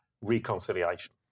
reconciliation